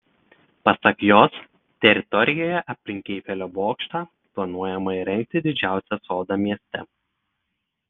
pasak jos teritorijoje aplink eifelio bokštą planuojama įrengti didžiausią sodą mieste